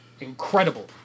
incredible